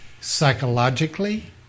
psychologically